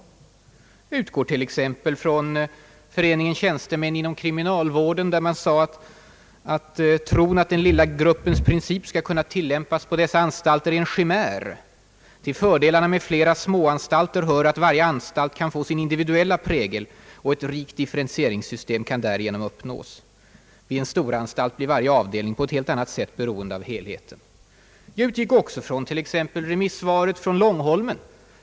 Jag utgår t.ex. från Föreningen Tjänstemän inom kriminalvården, som yttrade att »tron att den lilla gruppens princip skall kunna tillämpas på dessa anstalter är en chimär ... Till fördelarna med flera småanstalter hör att varje anstalt kan få sin individuella prägel och ett rikt differentieringssystem kan därigenom uppnås. Vid en storanstalt blir varje avdelning på ett helt annat sätt beroende av helheten.» Jag utgick också från det remissvar som lämnades av ledningen för Långholmen.